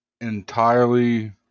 entirely